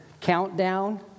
countdown